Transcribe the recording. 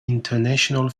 international